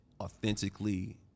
authentically